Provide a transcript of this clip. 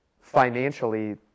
financially